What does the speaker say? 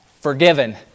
forgiven